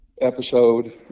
episode